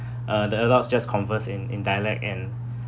uh the adults just converse in in dialect and